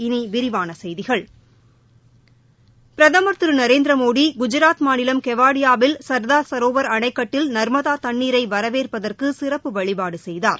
இனி விரிவான செய்திகள் பிரதமர் திரு நரேந்திரமேடி குஜராத் மாநிலம் கெவாடியாவில் சர்தார் சரோவர் அணைக்கட்டில் நர்மதா தண்ணீரை வரவேற்பதற்கு சிறப்பு வழிபாடு செய்தார்